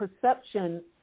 perception